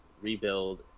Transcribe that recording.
rebuild